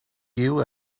you